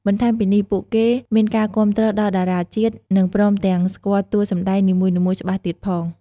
បន្ថែមពីនេះ ពួកគេមានការគាំទ្រដល់តារាជាតិ និងព្រមទាំងស្គាល់តួសម្ដែងនីមួយៗច្បាស់ទៀតផង។